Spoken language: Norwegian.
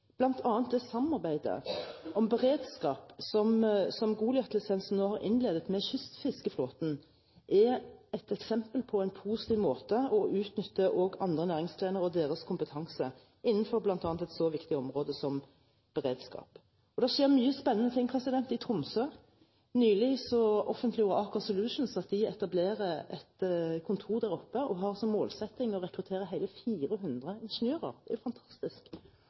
det samarbeidet om beredskap som Goliat-lisensen nå har innledet med kystfiskeflåten, er et eksempel på en positiv måte å utnytte også andre næringsgrener og deres kompetanse på, bl.a. innenfor et så viktig område som beredskap. Det skjer mange spennende ting i Tromsø. Nylig offentliggjorde Aker Solutions at de etablerer et kontor der og har som målsetting å rekruttere hele 400 ingeniører – det er jo fantastisk!